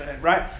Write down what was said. Right